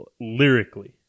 lyrically